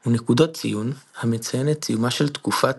הוא נקודות ציון המציינת סיומה של תקופת